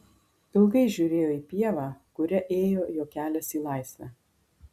ilgai žiūrėjo į pievą kuria ėjo jo kelias į laisvę